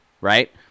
Right